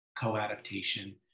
co-adaptation